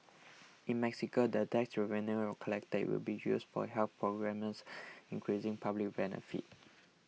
in Mexico the tax revenue collected will be used for health programmes increasing public benefit